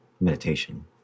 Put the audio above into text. Meditation